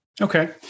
Okay